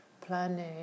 planning